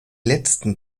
letzten